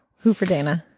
who for, dana?